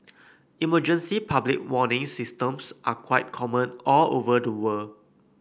emergency public warning systems are quite common all over the world